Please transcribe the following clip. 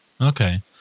Okay